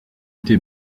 été